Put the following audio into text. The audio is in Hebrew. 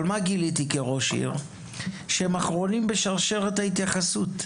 אבל גיליתי כראש עיר שהן אחרונות בשרשרת ההתייחסות.